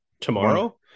tomorrow